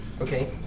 Okay